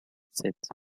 sept